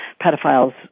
pedophiles